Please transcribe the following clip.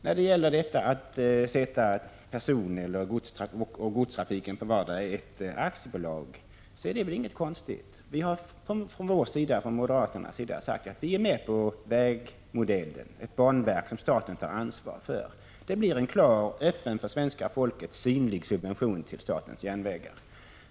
När det gäller att föra över personoch godstrafiken till vardera ett aktiebolag så är det väl ingenting konstigt med det. Vi moderater har förklarat att vi är med på vägmodellen, ett banverk som staten tar ansvar för. Det blir en klar och öppen, för svenska folket synlig subvention till statens järnvägar.